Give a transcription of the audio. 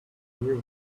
new